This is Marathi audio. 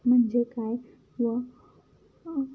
म्हणजे काय व